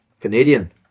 Canadian